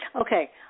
Okay